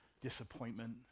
disappointment